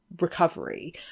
recovery